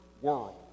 world